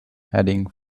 heading